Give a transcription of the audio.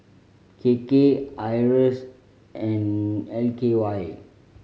K K IRAS and L K Y